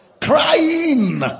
Crying